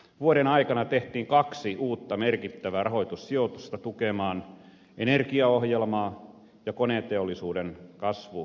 vuoden aikana tehtiin kaksi uutta merkittävää rahoitussijoitusta tukemaan energiaohjelmaa ja koneteollisuuden kasvuohjelmaa